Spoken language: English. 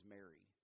Mary